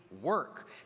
work